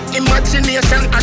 imagination